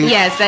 Yes